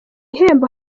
bihembo